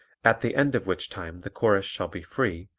at the end of which time the chorus shall be free,